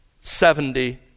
Seventy